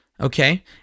okay